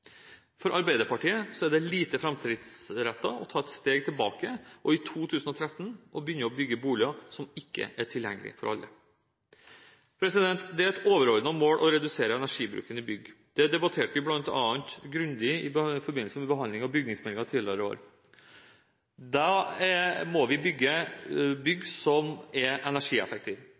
For Arbeiderpartiet er det lite framtidsrettet å ta et steg tilbake og i 2013 begynne å bygge boliger som ikke er tilgjengelige for alle. Det er et overordnet mål å redusere energibruken i bygg. Det debatterte vi bl.a. grundig i forbindelse med behandlingen av bygningsmeldingen tidligere. Da må vi bygge bygg som er energieffektive.